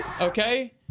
okay